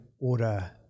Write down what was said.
Order